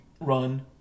run